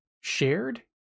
shared